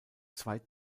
zwei